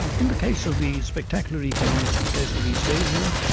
in the case of the spectacular economic success of east asia,